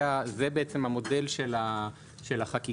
זה בעצם המודל של החקיקה,